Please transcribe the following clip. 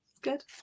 Good